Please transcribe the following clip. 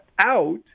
out